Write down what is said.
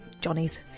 Johnny's